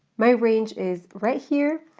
my range is right here,